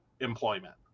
employment